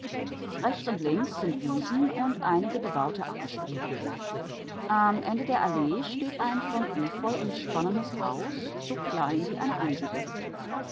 rechts und links sind wiesen und einige bebaute ackerstücke am ende der allee steht ein von efeu umsponnenes haus so klein wie eine